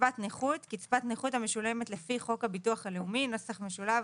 "קצבת נכות" - קצבת נכות המשולמת לפי חוק הביטוח הלאומי [נוסח משולב],